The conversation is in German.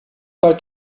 bald